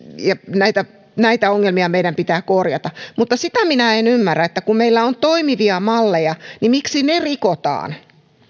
näitä näitä ongelmia meidän pitää korjata mutta sitä minä en en ymmärrä että kun meillä on toimivia malleja niin miksi ne rikotaan